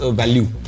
value